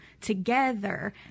together